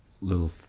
little